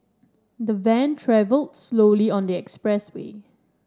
the van travelled slowly on the expressway